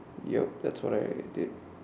yup that's all I did